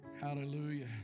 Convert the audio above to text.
Hallelujah